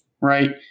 Right